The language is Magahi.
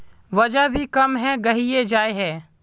वजन भी कम है गहिये जाय है?